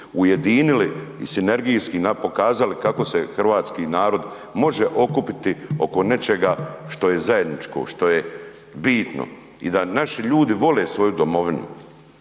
ujedinili i sinergijski nam pokazali kako se hrvatski narod može okupiti oko nečega što je zajedničko, što je bitno i da naši ljudi vole svoju domovinu,